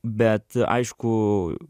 bet aišku